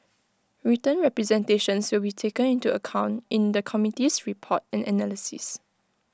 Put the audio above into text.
written representations will be taken into account in the committee's report and analysis